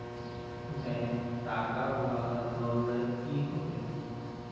bank टाकार वादा तोरले कि हबे